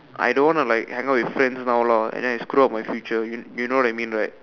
I don't want to like hangout with friends now and then I screw up my future you know what I mean right